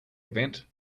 event